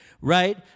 right